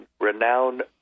renowned